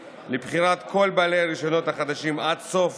לבחירת כל בעלי הרישיונות החדשים עד סוף